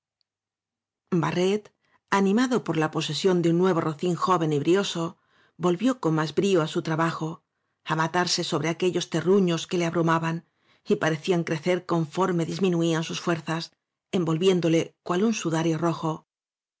barret animado por la posesión de un nuevo rocín joven y brioso volvió con más brio á su trabajo á matarse sobre aquellos terruños que le abrumaban y parecían crecer conforme disminuían sus fuerzas envolviéndole cual un sudario rojo